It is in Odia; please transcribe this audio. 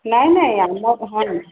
ନାହିଁ ନାହିଁ ଆମ ହଁ